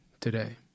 today